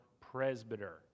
presbyter